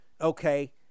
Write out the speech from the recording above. Okay